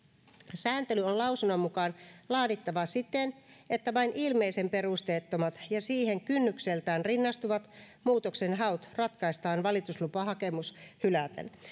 sääntely on lausunnon mukaan laadittava siten että vain ilmeisen perusteettomat ja siihen kynnykseltään rinnastuvat muutoksenhaut ratkaistaan valituslupahakemus hyläten